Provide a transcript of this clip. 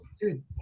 dude